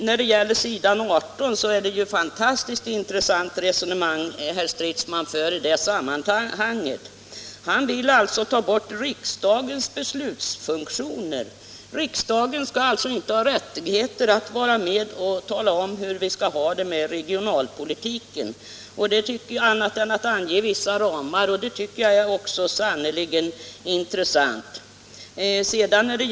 När det gäller vad som står på s. 18 för herr Stridsman ett fantastiskt intressant resonemang: han vill ta bort riksdagens beslutsfunktioner! Riksdagen skulle alltså inte ha rättighet att bestämma om regionalpolitiken utom för att ange vissa ramar! Det var sannerligen intressant att få veta.